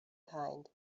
kind